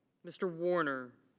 mr. warner.